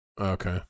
Okay